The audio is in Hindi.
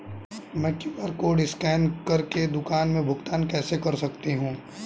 मैं क्यू.आर कॉड स्कैन कर के दुकान में भुगतान कैसे कर सकती हूँ?